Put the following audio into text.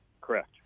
Correct